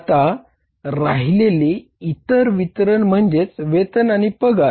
आता राहिलेले इतर वितरण म्हणजे वेतन आणि पगार